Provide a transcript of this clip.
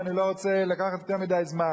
ואני לא רוצה לקחת יותר מדי זמן.